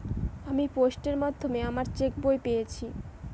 আমি পোস্টের মাধ্যমে আমার চেক বই পেয়েছি